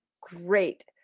great